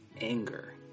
anger